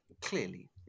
Clearly